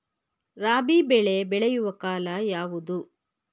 ರಾಬಿ ಬೆಳೆ ಬೆಳೆಯುವ ಕಾಲ ಯಾವುದು?